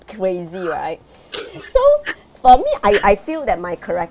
crazy right so for me I I feel that my charac~